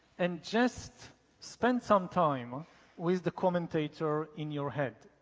and just spend some time with the commentator in your head